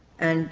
and